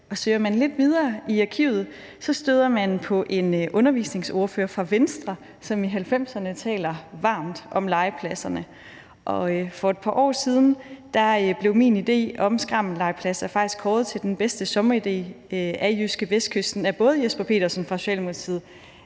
Søger man lidt videre i arkivet, støder man på en undervisningsordfører fra Venstre, som i 1990'erne taler varmt om legepladserne, og for et par år siden blev min idé om skrammellegepladser faktisk kåret til den bedste sommeridé i JydskeVestkysten af både Jesper Petersen fra